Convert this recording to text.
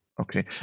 okay